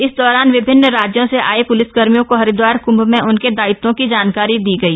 इस दौरान विभिन्न राज्यों से आये प्लिसकर्मियों को हरिद्वार कंभ में उनके दायित्वों की जानकारी दी गई